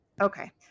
Okay